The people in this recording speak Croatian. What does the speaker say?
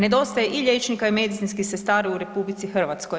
Nedostaje i liječnika i medicinskih sestara u RH.